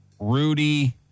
Rudy